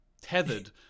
tethered